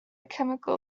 chemical